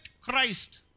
Christ